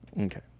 Okay